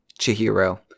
Chihiro